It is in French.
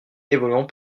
évolueront